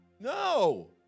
No